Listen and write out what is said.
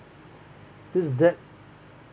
this that